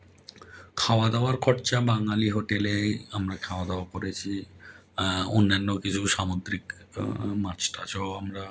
খাওয়া দাওয়ার খরচা বাঙালি হোটেলে আমরা খাওয়া দাওয়া করেছি অন্যান্য কিছু সামুদ্রিক মাছ টাছও আমরা